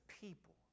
people